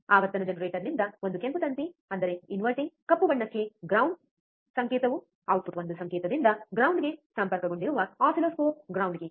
ಆವರ್ತನ ಜನರೇಟರ್ ನಿಂದ ಒಂದು ಕೆಂಪು ತಂತಿ ಅಂದರೆ ಇನ್ವರ್ಟಿಂಗ್ ಕಪ್ಪು ಬಣ್ಣಕ್ಕೆ ಗ್ರೌಂಡ್ ಗೆ ಸಂಕೇತವು ಔಟ್ಪುಟ್ ಒಂದು ಸಂಕೇತದಿಂದ ಗ್ರೌಂಡ್ ಗೆ ಸಂಪರ್ಕಗೊಂಡಿರುವ ಆಸಿಲ್ಲೋಸ್ಕೋಪ್ ಗ್ರೌಂಡ್ ಗೆ